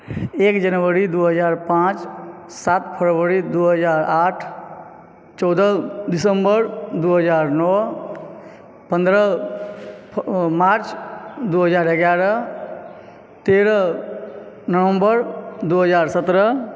एक जनवरी दू हजार पाँच सात फरवरी दू हजार आठ चौदह दिसम्बर दू हजार नओ पन्द्रह फ मार्च दू हजार एगारह तेरह नवम्बर दू हजार सत्रह